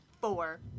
Four